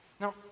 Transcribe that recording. Now